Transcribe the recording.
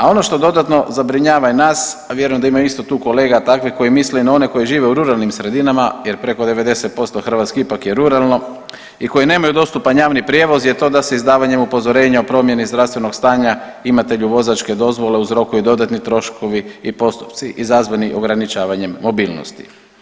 A ono što dodatno zabrinjava i nas, a vjerujem da ima isto tu kolega takvih koji misle i na one koji žive u ruralnim sredinama jer preko 90% Hrvatske ipak je ruralno i koji nemaju dostupan javni prijevoz je to da se izdavanje upozorenja o promjeni zdravstvenog stanja imatelju vozačke dozvole uzrokuju dodatni troškovi i postupci izazvani ograničavanjem mobilnosti.